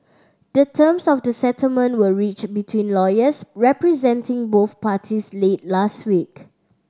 the terms of the settlement were reached between lawyers representing both parties late last week